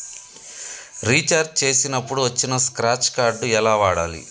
Recharge చేసినప్పుడు వచ్చిన scratch card ఎలా వాడాలి?